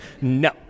no